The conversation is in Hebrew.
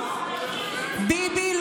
ביבי,